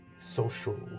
social